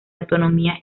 autonomía